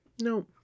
no